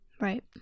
right